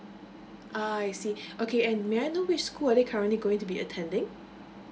ah I see okay and may I know which school are they currently going to be attending